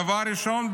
דבר ראשון,